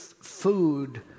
Food